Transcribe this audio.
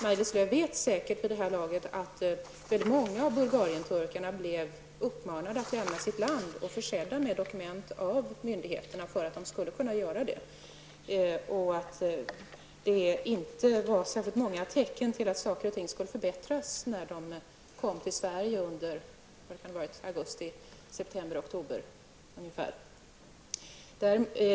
Maj-Lis Lööw vet säkert vid det här laget att väldigt många av Bulgarien-turkarna blev uppmanade att lämna sitt land och blev försedda med dokument av myndigheterna för att de skulle kunna göra det. Hon vet säkert också att det, när de kom till Sverige under augusti, september och oktober, inte fanns så många tecken på att saker och ting skulle förbättras.